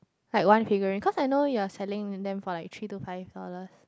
like one figurine cause I know you are selling them for like three to five dollars